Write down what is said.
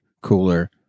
cooler